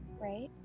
Right